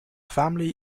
family